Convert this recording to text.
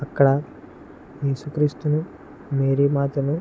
అక్కడ యేసు క్రీస్తును మేరీ మాతను